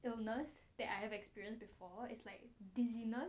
illness that I have experience before it's like designer